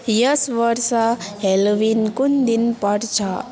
यस वर्ष ह्यालोविन कुन दिन पर्छ